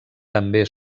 també